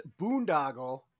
boondoggle